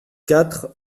quatre